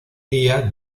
día